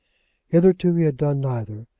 hitherto he had done neither,